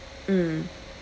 mm